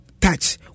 touch